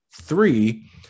Three